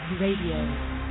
Radio